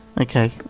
Okay